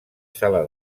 sala